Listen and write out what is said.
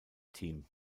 team